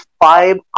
five